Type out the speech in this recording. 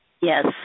Yes